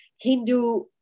Hindu